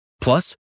Plus